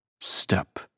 Step